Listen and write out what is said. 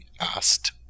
asked